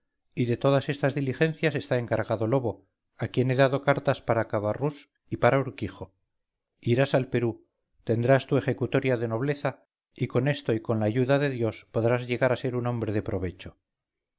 y de todas estas diligencias está encargado lobo a quien he dado cartas para cabarrús y para urquijo irásal perú tendrás tu ejecutoria de nobleza y con esto y con la ayuda de dios podrás llegar a ser un hombre de provecho